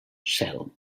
cel